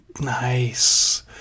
Nice